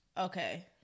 Okay